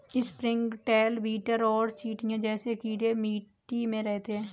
springtail, beetle और चींटियां जैसे कीड़े मिट्टी में रहते हैं